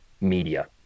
media